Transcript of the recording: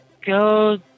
go